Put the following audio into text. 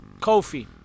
Kofi